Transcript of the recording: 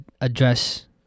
address